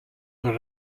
the